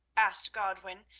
asked godwin,